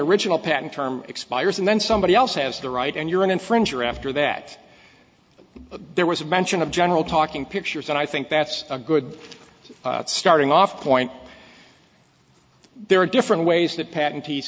original patent term expires and then somebody else has the right and you're an infringer after that there was a mention of general talking pictures and i think that's a good starting off point there are different ways that pat